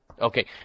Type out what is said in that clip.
Okay